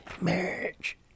Marriage